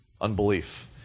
unbelief